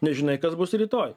nežinai kas bus rytoj